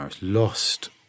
lost